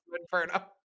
inferno